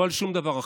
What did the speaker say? לא על שום דבר אחר.